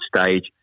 stage